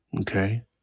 okay